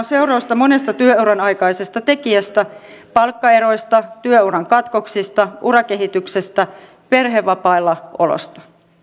seurausta monesta työuran aikaisesta tekijästä palkkaeroista työuran katkoksista urakehityksestä perhevapailla olosta